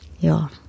Ja